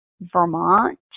Vermont